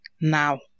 now